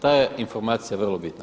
Ta je informacija vrlo bitna.